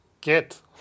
Get